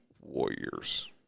Warriors